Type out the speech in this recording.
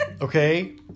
okay